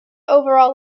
overall